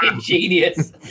genius